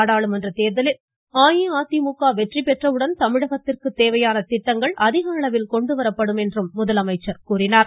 நாடாளுமன்ற தோதலில் அஇஅதிமுக வெற்றி பெற்றவுடன் தமிழகத்திற்கு தேவையான திட்டங்கள் அதிகஅளவில் கொண்டு வரப்படும் என்றும் கூறினார்